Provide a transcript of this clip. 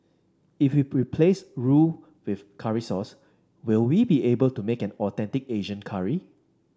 if we replace roux with curry sauce will we be able to make an authentic Asian curry